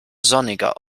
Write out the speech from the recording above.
sonniger